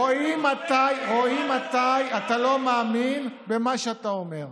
רואים מתי אתה לא מאמין במה שאתה אומר.